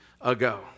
ago